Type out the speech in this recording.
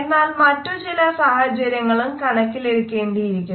എന്നാൽ മറ്റു ചില സാഹചര്യങ്ങളും കണക്കിലെടുക്കേണ്ടിയിരിക്കുന്നു